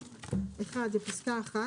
1. לפסקה 1,